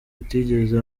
atigeze